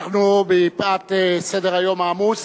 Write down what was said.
מפאת סדר-היום העמוס